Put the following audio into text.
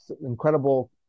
incredible